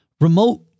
remote